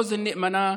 אוזן נאמנה,